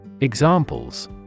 Examples